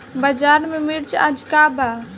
बाजार में मिर्च आज का बा?